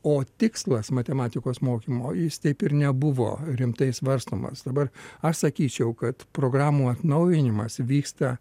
o tikslas matematikos mokymo jis taip ir nebuvo rimtai svarstomas dabar aš sakyčiau kad programų atnaujinimas vyksta